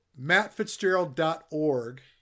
mattfitzgerald.org